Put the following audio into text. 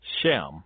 Shem